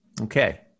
Okay